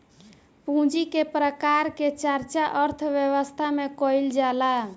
पूंजी के प्रकार के चर्चा अर्थव्यवस्था में कईल जाला